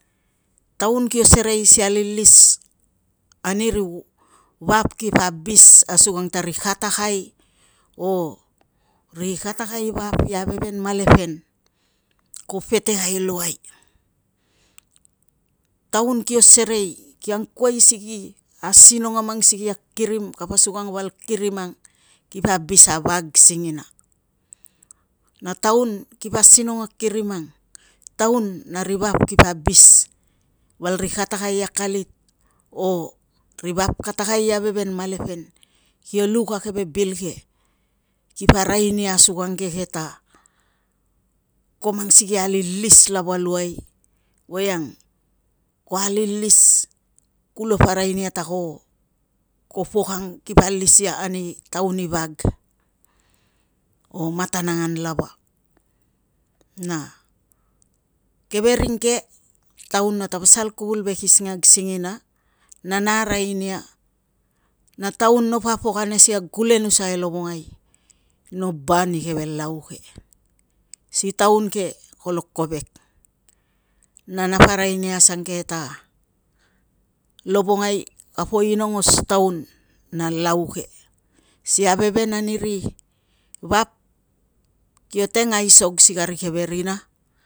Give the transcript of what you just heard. Taun kio serei si alis ani ri vap kipo skkipo abis asuakang ta ri katakai, o ri katakai vap i aiveven malapen ko petekai luai, taun kio serei ki angkuai si ki asinong a mang sikei a kirim kapa asukang val kirim ang kipa abiis a vag singina. Na taun kipo asinong a kirim ang taun a ri vap kipo abis val ri katakai i akalit o ri vap katakai i aivevenf malapen kio luk a keve bil ke, kipa arai nia asukang ke ta, ko mang sikei a alilis laba luai voiang ko alilis kulapo arai nia ta ko pok ang kipa alis ia ani taun i vag, o matan angan lava. Na keve ring ke taun nata pasal kuvul ve kisingag singiina na na arai nia na taun no papok ane si kag kulenusa e lovongai, no ba ani keve lau ke si taun ke kolo kovek. Na napa arai nia asukangke ta lavongai kapo inongos taun a lau ke, si aiveven ani ri vap kio teng aisog si kari keve rina